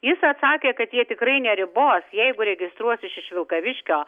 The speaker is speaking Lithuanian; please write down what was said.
jis atsakė kad jie tikrai neribos jeigu registruosis iš vilkaviškio